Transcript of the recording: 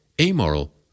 amoral